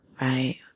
right